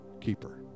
keeper